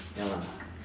ya lah